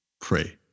pray